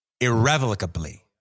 irrevocably